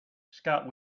scott